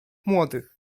młodych